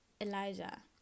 Elijah